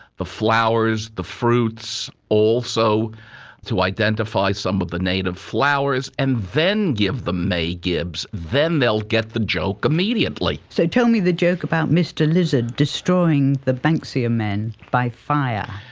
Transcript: the flowers, the fruits, also to identify some of the native flowers and then give them may gibbs. then they'll get the joke immediately. so tell me the joke about mr lizard destroying the banksia men by fire.